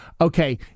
Okay